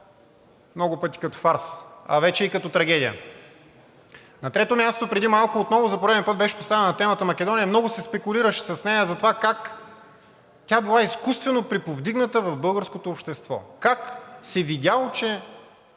много пъти като фарс, а вече и като трагедия. На трето място, преди малко отново, за пореден път, беше поставена темата Македония и много се спекулираше с нея за това как тя била изкуствено приповдигната в българското общество, как се видяло, че